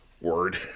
word